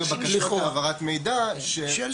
זה אומר בקשות להעברת מידע שיש בהם חשד.